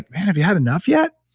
have you had enough yet?